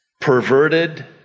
perverted